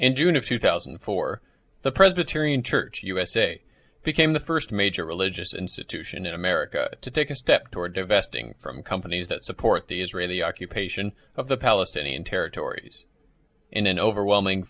in june of two thousand and four the presbyterian church usa became the first major religious institution in america to take a step toward to vesting from companies that support the israeli occupation of the palestinian territories in an overwhelming